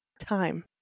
Time